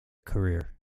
career